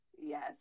Yes